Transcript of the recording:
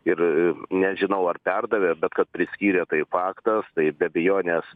ir nežinau ar perdavė bet kad priskyrė tai faktas tai be abejonės